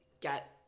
get